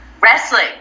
Wrestling